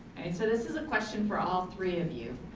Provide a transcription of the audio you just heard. so this is a question for all three of you.